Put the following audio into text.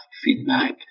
feedback